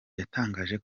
yatangaje